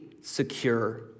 secure